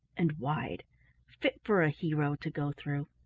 and wide fit for a hero to go through.